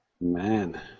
Man